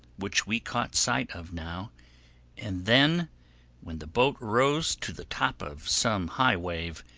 which we caught sight of now and then when the boat rose to the top of some high wave,